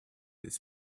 this